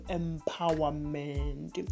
empowerment